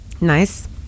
Nice